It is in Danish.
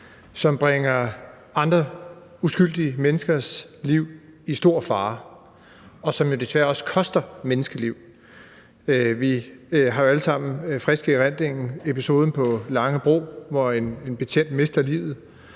som bringer andre uskyldige menneskers liv i stor fare, og som jo desværre også koster menneskeliv. Vi har jo alle sammen episoden på Langebro frisk i erindringen, hvor en betjent mistede livet,